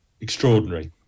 extraordinary